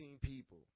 people